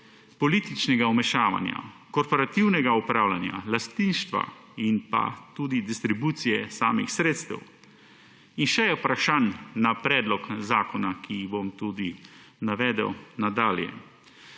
političnega vmešavanja, korporativnega upravljanja lastništva in pa tudi distribucije samih sredstev in še je vprašanj na predlog zakona, ki jih bom tudi navedel nadalje.